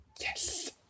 yes